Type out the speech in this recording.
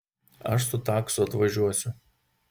aš su taksu atvažiuosiu